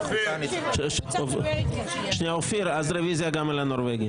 אופיר, אז אני רוצה רוויזיה גם על הנורבגי.